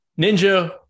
ninja